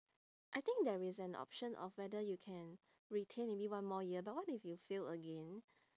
I think there is an option of whether you can retain maybe one more year but what if you fail again